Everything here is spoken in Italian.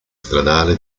stradale